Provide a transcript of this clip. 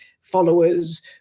followers